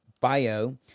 bio